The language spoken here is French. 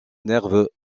nerveux